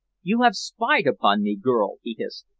you have spied upon me, girl he hissed,